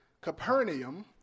Capernaum